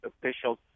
officials